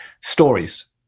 Stories